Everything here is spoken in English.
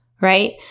right